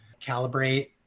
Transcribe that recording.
calibrate